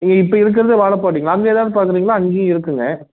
நீங்கள் இப்போ இருக்கிறது வாலப்பாடிங்களா அங்கே ஏதாவது பார்க்கறீங்களா அங்கேயும் இருக்குதுங்க